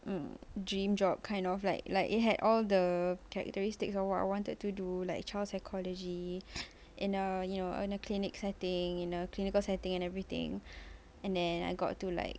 mm dream job kind of like like it had all the characteristics of what I wanted to do like child psychology in uh you know in a clinic setting in a clinical setting and everything and then I got to like